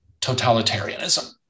totalitarianism